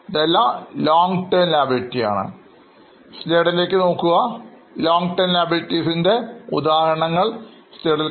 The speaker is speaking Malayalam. ഇതെല്ലാം long term liabilities ആണ്